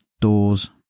doors